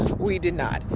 we did not.